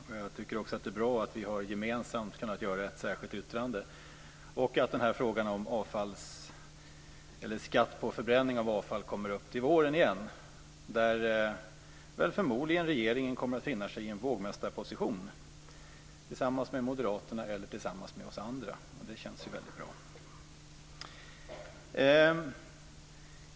Det är också bra att vi gemensamt har kunnat göra ett särskilt yttrande och att frågan om skatt på förbränning av avfall kommer upp till våren igen, där förmodligen regeringen kommer att finna sig i en vågmästarposition tillsammans med moderaterna eller tillsammans med oss andra. Det känns väldigt bra.